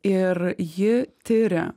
ir ji tiria